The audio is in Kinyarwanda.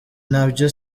nabyo